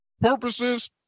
purposes